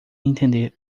entender